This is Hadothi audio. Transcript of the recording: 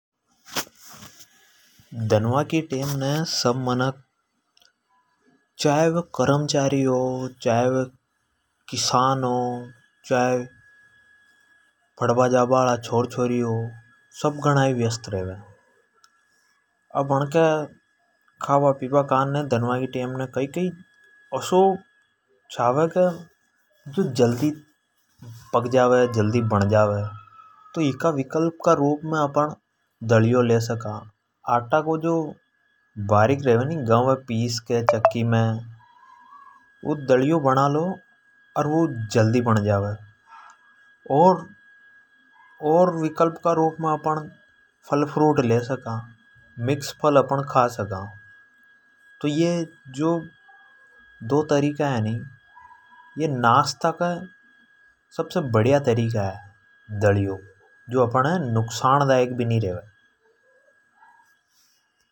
दनवा की टेम ने सब मनख चाहे वे करमचारि हो, किसान हो, चाहे पढ़ बा जाबा हाला छोर- छोरी हो सब घणा ही वयश्त रेवे। अब अंणके खाबा पीबा कानण कई कई ऐसो चावें जो जल्दी पक जावे जल्दी बण जावे। तो इका विकल्प का रूप मे अपण दलियो ले सका। आटा को जो बारीक रेवे नि गव अ पीस के चक्की मे ऊँ दलियो बना लो ऊँ जल्दी बण जावे। और विकल्प का रूप मे अपण फल फ़्रूट ले सका मिक्स फल खा सका। तो यह जो दो तरीका है नि नाशता के कारने सबसे बडीआ रेवे जो अपणे नुकसान दायक भी नि रेवे।